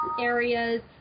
areas